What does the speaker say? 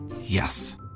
Yes